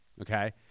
okay